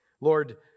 Lord